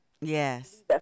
Yes